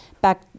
Back